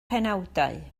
penawdau